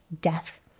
death